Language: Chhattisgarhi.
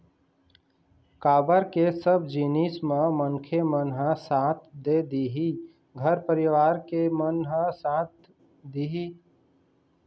काबर के सब जिनिस म मनखे मन ह साथ दे दिही घर परिवार के मन ह साथ दिही